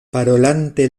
parolante